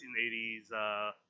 1980s